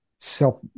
self